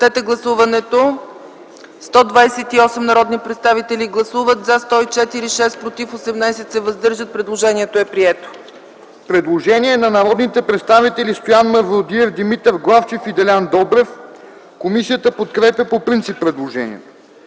предложение на народните представители Стоян Мавродиев, Димитър Главчев и Делян Добрев. Комисията подкрепя по принцип предложението.